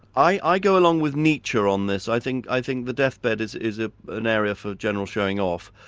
i i go along with nietzsche on this. i think i think the death bed is is ah an area for general showing off,